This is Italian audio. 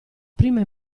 prima